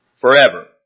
forever